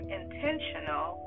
intentional